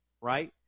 right